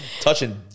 Touching